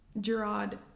Gerard